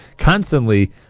constantly